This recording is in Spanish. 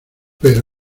pero